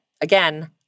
Again